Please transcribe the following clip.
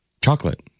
chocolate